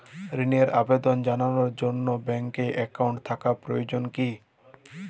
ঋণের আবেদন জানানোর জন্য ব্যাঙ্কে অ্যাকাউন্ট থাকা প্রয়োজন কী?